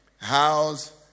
House